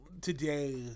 today